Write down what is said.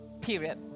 Period